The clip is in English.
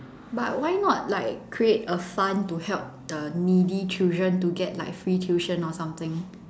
but why not like create a fund to help the needy children to get like tuition or something